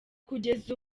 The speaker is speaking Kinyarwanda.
kugeza